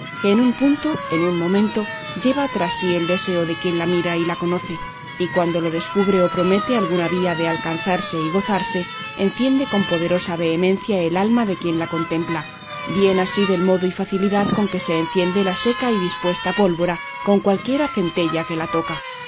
que en un punto en un momento lleva tras sí el deseo de quien la mira y la conoce y cuando descubre o promete alguna vía de alcanzarse y gozarse enciende con poderosa vehemencia el alma de quien la contempla bien así del modo y facilidad con que se enciende la seca y dispuesta pólvora con cualquiera centella que la toca